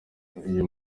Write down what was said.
uyu